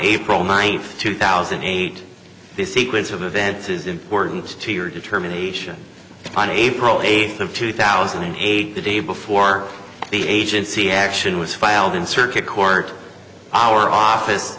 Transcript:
april ninth two thousand and eight the sequence of events is important to your determination on april eighth of two thousand and eight the day before the agency action was filed in circuit court our office